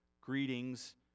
greetings